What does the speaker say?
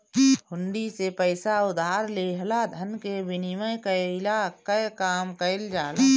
हुंडी से पईसा उधार लेहला धन के विनिमय कईला कअ काम कईल जाला